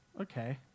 okay